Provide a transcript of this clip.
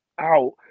out